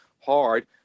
hard